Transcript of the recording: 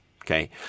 Okay